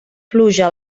pluja